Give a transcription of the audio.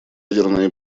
ядерная